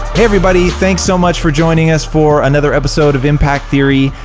everybody, thanks so much for joining us for another episode of impact theory.